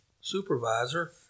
supervisor